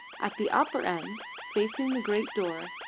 at the upper end, facing the great door,